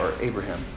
Abraham